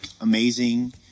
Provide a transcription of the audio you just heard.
amazing